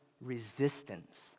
resistance